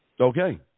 Okay